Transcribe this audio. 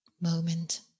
moment